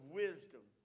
wisdom